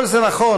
כל זה נכון,